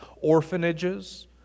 orphanages